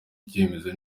icyemezo